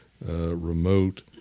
remote